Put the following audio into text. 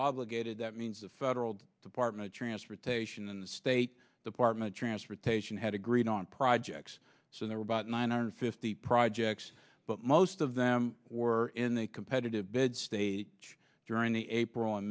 obligated that means the federal department of transportation and the state department transportation had agreed on projects so there were about nine hundred fifty projects but most of them were in the competitive bid stage during the april and